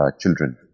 children